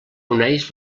uneix